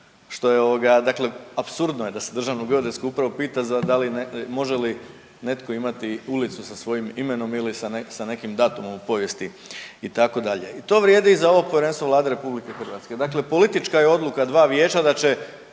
što je ovoga dakle apsurdno je da se Državnu geodetsku upravu pita može li netko imati ulicu sa svojim imenom ili sa nekim datumom u povijesti itd.. I to vrijedi i za ovo povjerenstvo Vlade RH. Dakle politička je odluka dva vijeća da će